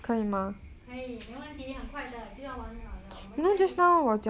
可以没问题很快的就要完了我们加油吧